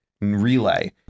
relay